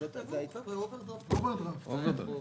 כלומר אוברדרפט.